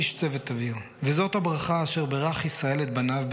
איש צוות אוויר: "וזאת הברכה / אשר בירך ישראל את בניו,